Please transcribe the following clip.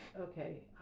okay